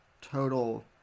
total